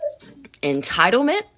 entitlement